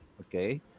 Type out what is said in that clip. okay